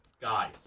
Guys